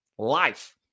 life